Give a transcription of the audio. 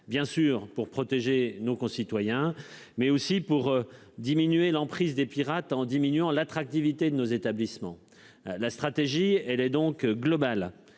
bien sûr pour protéger nos concitoyens mais aussi pour diminuer l'emprise des pirates en diminuant l'attractivité de nos établissements. La stratégie elle est donc global.